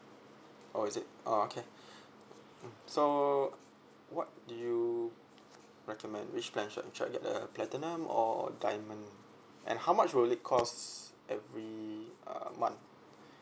oh is it oh okay mm so what do you recommend which plan should should I get the platinum or diamond and how much will it cost every uh month